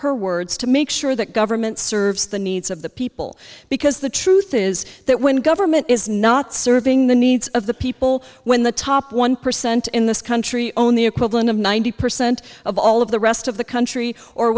her words to make sure that government serves the needs of the people because the truth is that when government is not serving the needs of the people when the top one percent in this country own the equivalent of ninety percent of all of the rest of the country or